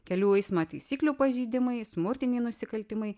kelių eismo taisyklių pažeidimai smurtiniai nusikaltimai